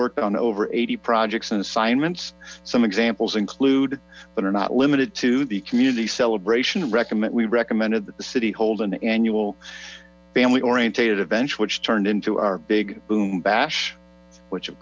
worked on over eighty projects and assignments some examples include but are not limited to the community celebrate recommend we recommended that the city hold an annual family orientated event which turned into our big boom bash which of